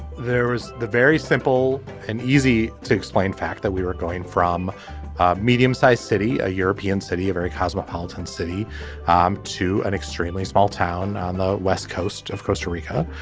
is the very simple and easy to explain fact that we were going from medium sized city a european city a very cosmopolitan city um to an extremely small town on the west coast of costa rica.